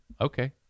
okay